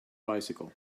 bicycle